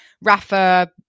Rafa